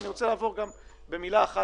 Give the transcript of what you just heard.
אני שמח שמערכת